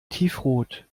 tiefrot